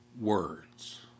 words